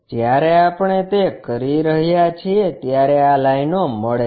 જ્યારે આપણે તે કરી રહ્યા છીએ ત્યારે આ લાઇનો મળે છે